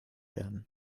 werden